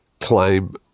claim